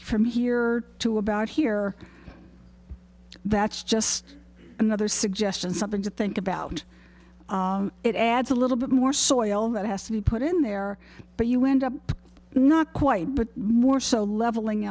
from here to about here that's just another suggestion something to think about it adds a little bit more soil that has to be put in there but you wind up not quite but more so leveling